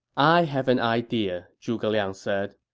i have an idea, zhuge liang said,